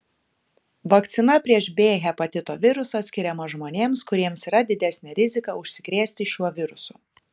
vakcina prieš b hepatito virusą skiriama žmonėms kuriems yra didesnė rizika užsikrėsti šiuo virusu